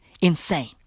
insane